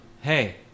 hey